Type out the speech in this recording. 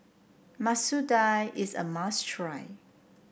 Masoor Dal is a must try